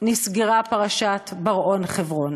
נסגרה פרשת בר-און חברון.